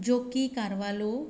jockey Carvalho